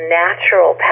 natural